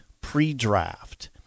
Pre-draft